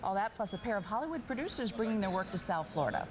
all that plus a pair of hollywood producers bringing their work to south florida